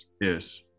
Yes